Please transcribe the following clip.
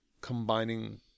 combining